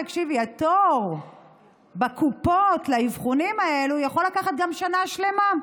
תקשיבי: בקופות התור לאבחונים האלה יכול לקחת גם שנה שלמה.